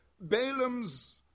Balaam's